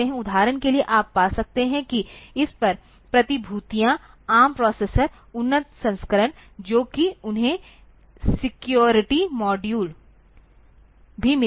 उदाहरण के लिए आप पा सकते हैं कि इस पर प्रतिभूतियाँ ARM प्रोसेसर उन्नत संस्करण जो कि उन्हें सिक्योरिटी मॉड्यूल भी मिला है